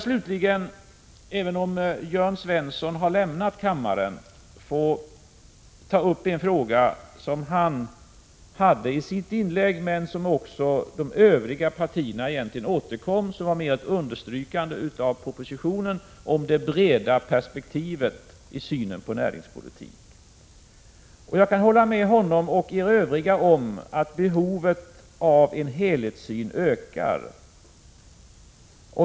Slutligen vill jag, även om Jörn Svensson har lämnat kammaren, ta upp en fråga som han berörde i sitt inlägg, och som även de övriga partierna berörde. Det var mer ett understrykande av det som står i propositionen, nämligen det Prot. 1986/87:130 breda perspektivet i synen på näringspolitiken. Jag kan hålla med Jörn Svensson och er övriga om att behovet av en helhetssyn ökar.